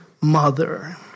mother